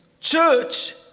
Church